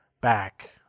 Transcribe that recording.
back